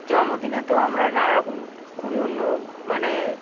জন্মদিনেতেও আমরা নানারকম খুবই অন্য মানে